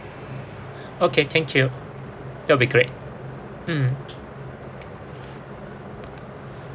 okay thank you that will be great mm